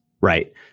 right